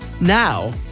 Now